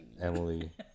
Emily